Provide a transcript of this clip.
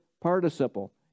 participle